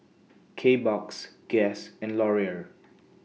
Kbox Guess and Laurier